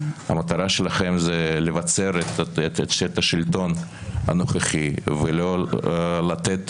המטרה שלכם היא לבצר את השלטון הנוכחי ולא לתת